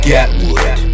Gatwood